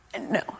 no